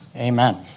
Amen